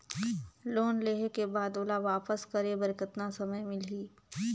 Loan लेहे के बाद ओला वापस करे बर कतना समय मिलही?